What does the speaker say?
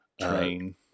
train